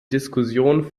diskussion